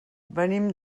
venim